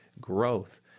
growth